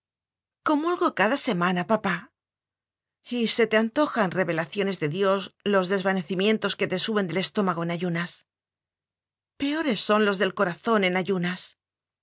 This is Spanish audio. comulgo cada semana papá y se te antojan revelaciones de dios los desvanecimientos que te suben del estómago en ayunas peores son los del corazón en ayunas